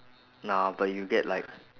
nah but you get like